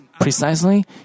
precisely